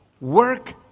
work